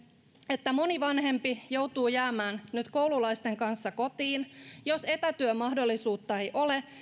että moni vanhempi joutuu jäämään nyt koululaisten kanssa kotiin ja jos etätyömahdollisuutta ei ole